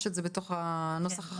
יש לנו את זה בתוך הנוסח החדש?